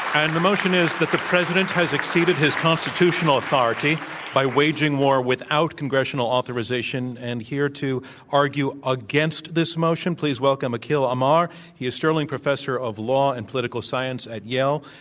and the motion is that the president has exceeded his constitutional authority by waging war without congressional authorization. and here to argue against this motion, please welcome akhil amar. he is sterling professor of law and political science at yale,